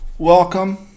Welcome